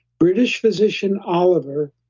british physician oliver,